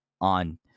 on